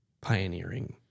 Pioneering